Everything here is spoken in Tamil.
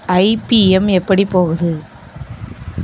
ஐபிஎம் எப்படி போகுது